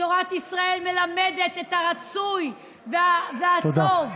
תורת ישראל מלמדת את הרצוי ואת הטוב, תודה.